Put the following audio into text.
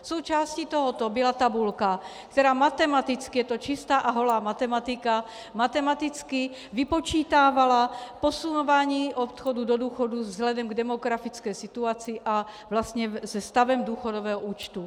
Součástí tohoto byla tabulka, která matematicky je to čistá a holá matematika matematicky vypočítávala posunování odchodu do důchodu vzhledem k demografické situaci a vlastně se stavem důchodového účtu.